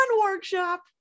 workshop